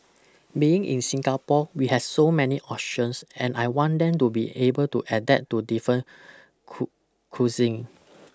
being in Singapore we has so many options and I want them to be able to adapt to different cool cuisine